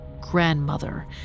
grandmother